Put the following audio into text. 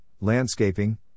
landscaping